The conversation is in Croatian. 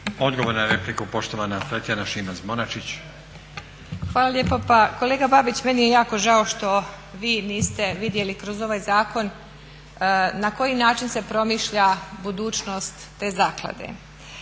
Odgovor na repliku, poštovana Tatjana Šimac-Bonačić. **Šimac Bonačić, Tatjana (SDP)** Hvala lijepa. Pa kolega Babić meni je jako žao što vi niste vidjeli kroz ovaj zakon na koji način se promišlja budućnost te zaklade.